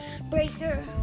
Breaker